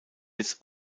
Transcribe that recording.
jetzt